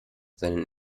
seinen